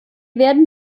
werden